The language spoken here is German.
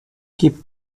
gibt